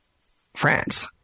France